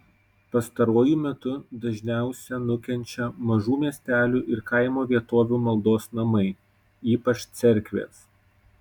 pastaruoju metu dažniausia nukenčia mažų miestelių ir kaimo vietovių maldos namai ypač cerkvės